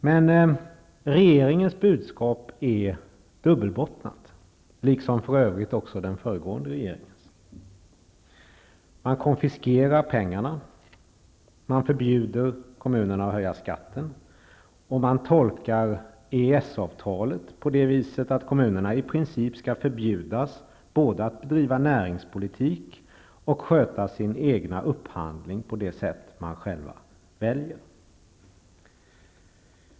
Men regeringens budskap är, liksom för övrigt också den föregående regeringens var, dubbelbottnat. Man konfiskerar pengarna, man förbjuder kommunerna att höja skatten och man tolkar EES-avtalet så, att kommunerna i princip skall förbjudas både att driva näringspolitik och att sköta sin egen upphandling på det sätt som de själva väljer.